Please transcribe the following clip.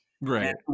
Right